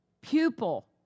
pupil